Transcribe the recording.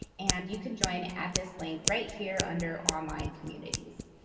and you can join at this link right here under online communities.